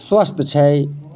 स्वस्थ छै